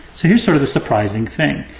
so here's sort of the surprising thing,